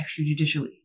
extrajudicially